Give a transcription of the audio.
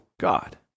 God